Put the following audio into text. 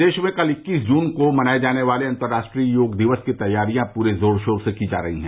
प्रदेश में कल इक्कीस जून को मनाये जाने वाले अंतर्राष्ट्रीय योग दिवस की तैयारियां पूरे जोर शोर से की जा रही हैं